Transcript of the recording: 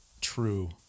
true